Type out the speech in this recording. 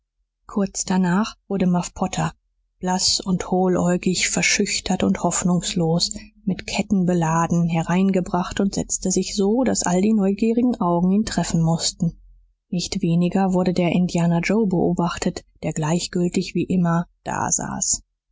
kurz danach wurde muff potter blaß und hohläugig verschüchtert und hoffnungslos mit ketten beladen hereingebracht und setzte sich so daß all die neugierigen augen ihn treffen mußten nicht weniger wurde der indianer joe beobachtet der gleichgültig wie immer dasaß